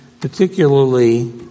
particularly